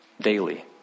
daily